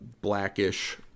blackish